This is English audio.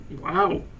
Wow